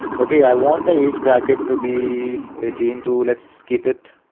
okay, i want the age bracket to be eighteen to let's skip it.